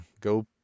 go